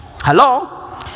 hello